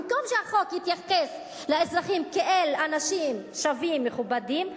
במקום שהחוק יתייחס לאזרחים כאל אנשים שווים ומכובדים,